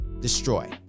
destroy